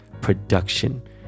production